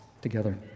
together